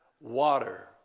water